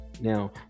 now